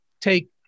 take